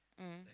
mm